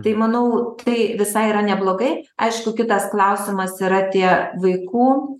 tai manau tai visai yra neblogai aišku kitas klausimas yra tie vaikų